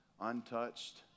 untouched